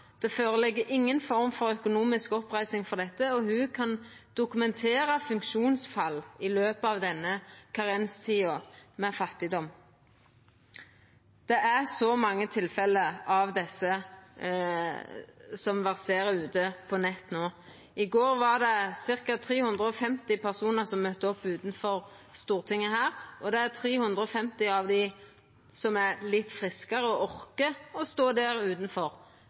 Det ligg ikkje føre noka form for økonomisk oppreising for dette, og ho kan dokumentera funksjonsfall i løpet av denne karenstida med fattigdom. Det er så mange tilfelle som dette som verserer ute på nett no. I går var det ca. 350 personar som møtte opp utanfor Stortinget, og det er 350 av dei som er litt friskare og orkar å stå der utanfor.